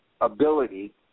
ability